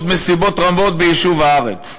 עוד משימות רבות ביישוב הארץ.